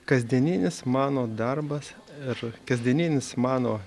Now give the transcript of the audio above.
kasdieninis mano darbas ir kasdieninis mano